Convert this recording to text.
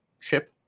chip